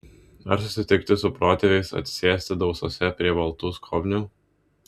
ar susitikti su protėviais atsisėsti dausose prie baltų skobnių